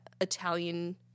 Italian